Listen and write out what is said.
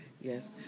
Yes